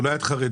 אולי את חרדית?